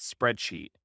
spreadsheet